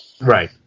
Right